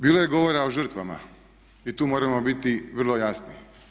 Bilo je govora o žrtvama i tu moramo biti vrlo jasni.